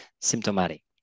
symptomatic